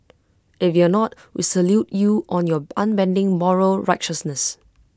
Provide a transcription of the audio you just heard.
if you're not we salute you on your unbending moral righteousness